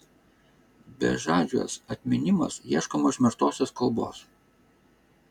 bežadžiuos atminimuos ieškom užmirštosios kalbos